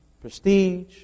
prestige